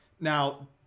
Now